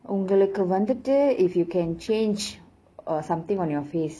உங்களுக்கு வந்துட்டு:ungalukku vanthuttu if you can change uh something on your face